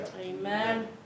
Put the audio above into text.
Amen